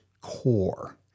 core